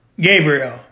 Gabriel